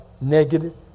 negative